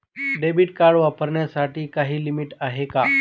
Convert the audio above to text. Debit card वापरण्यासाठी काही limit आहे का?